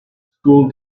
school